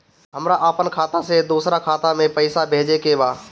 हमरा आपन खाता से दोसरा खाता में पइसा भेजे के बा